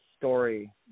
story